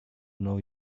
know